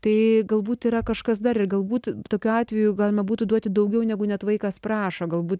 tai galbūt yra kažkas dar ir galbūt tokiu atveju galima būtų duoti daugiau negu net vaikas prašo galbūt